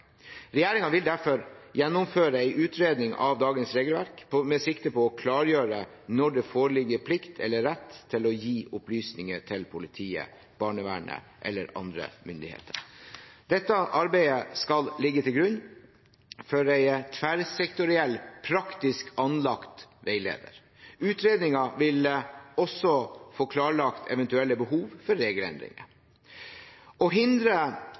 vil derfor gjennomføre en utredning av dagens regelverk med sikte på å klargjøre når det foreligger plikt eller rett til å gi opplysninger til politiet, barnevernet eller andre myndigheter. Dette arbeidet skal ligge til grunn for en tverrsektoriell, praktisk anlagt veileder. Utredningen vil også få klarlagt eventuelle behov for regelendringer. Å hindre